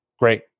great